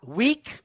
weak